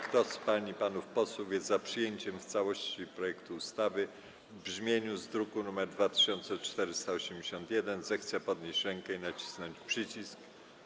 Kto z pań i panów posłów jest za przyjęciem w całości projektu ustawy w brzmieniu z druku nr 2481, zechce podnieść rękę i nacisnąć przycisk.